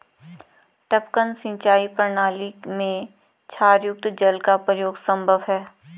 टपकन सिंचाई प्रणाली में क्षारयुक्त जल का प्रयोग संभव है